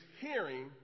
hearing